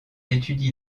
étudie